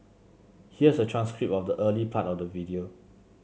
here's a transcript of the early part of the video